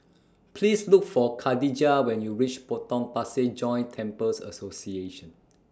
Please Look For Khadijah when YOU REACH Potong Pasir Joint Temples Association